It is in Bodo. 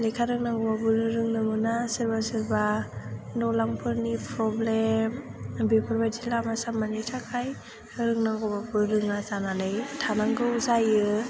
लेखा रोंनांगौबाबो रोंनो मोना सोरबा सोरबा न'लामफोरनि प्रब्लेम बेफोरबायदि लामा सामानि थाखाय रोंनांगौबाबो रोङा जानानै थानांगौ जायो